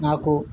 నాకు